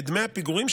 ודמי הפיגורים,